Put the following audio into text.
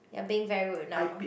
you're being very rude now